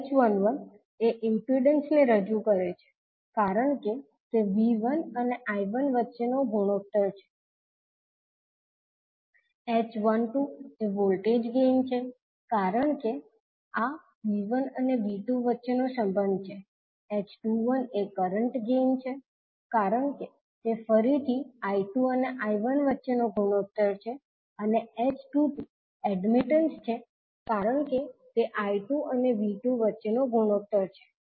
𝐡11 એ ઇમ્પિડન્સ ને રજૂ કરે છે કારણ કે તે 𝐕1 અને 𝐈1 વચ્ચેનો ગુણોત્તર છે 𝐡12 એ વોલ્ટેજ ગેઇન છે કારણ કે આ 𝐕1 અને 𝐕2 વચ્ચેનો સંબંધ છે 𝐡21 એ કરંટ ગેઇન છે કારણ કે તે ફરીથી 𝐈2 અને 𝐈1 વચ્ચેનો ગુણોત્તર છે અને અને 𝐡22 એડમિટન્સ છે કારણ કે તે 𝐈2 અને 𝐕2 વચ્ચેનો ગુણોત્તર છે